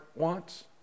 wants